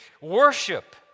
worship